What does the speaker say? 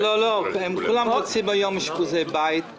כולם רוצים היום אשפוזי בית.